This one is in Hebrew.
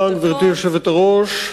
גברתי היושבת-ראש,